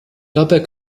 dabei